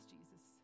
Jesus